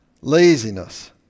Laziness